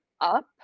up